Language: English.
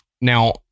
Now